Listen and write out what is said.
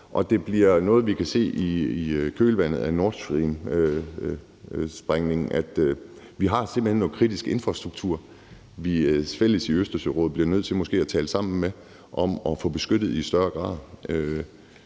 det bliver noget, vi kan se i kølvandet af Nord Stream-sprængningen. Vi har simpelt hen noget kritisk infrastruktur, som vi fælles i Østersørådet måske bliver nødt til at tale sammen om at få beskyttet i højere grad.